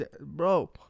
Bro